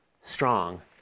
strong